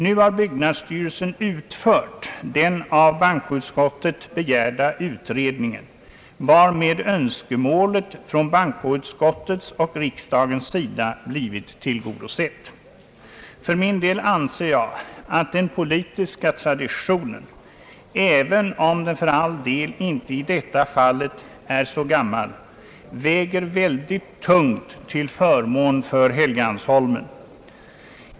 Nu har byggnadsstyrelsen utfört den av bankoutskottet begärda utredningen, varmed önskemålet från bankoutskottets och riksdagens sida blivit tillgodosett. För min del anser jag att den politiska traditionen, även om den för all del inte i detta fall är. så gammal, väger synnerligen tungt till förmån för Helgeandsholmen.